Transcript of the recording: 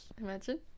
Imagine